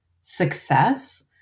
success